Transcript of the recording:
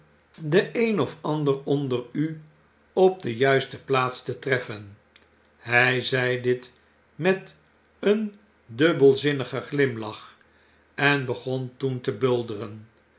den een of ander onder u op de juiste plaats te treffen hy zei dit met een dubbelzinnigen glimlach en begon toen te bulderen